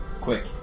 quick